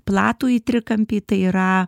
platųjį trikampį tai yra